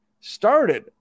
started